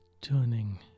turning